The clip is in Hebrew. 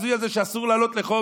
את החוק ההזוי הזה שאסור לעלות לחומש,